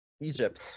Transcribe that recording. egypt